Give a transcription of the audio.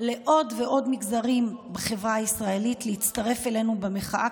לעוד ועוד מגזרים בחברה הישראלית להצטרף אלינו במחאה,